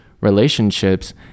relationships